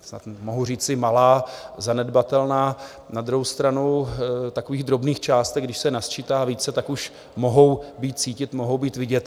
snad mohu říci, malá, zanedbatelná, na druhou stranu takových drobných částek když se nasčítá více, tak už mohou být cítit, mohou být vidět.